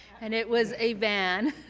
and it was a van